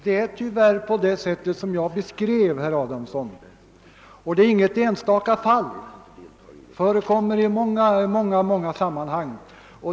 Det förhåller sig tyvärr så som jag beskrev, herr Adamsson, och det är inget enstaka fall utan förekommer i många sammanhang.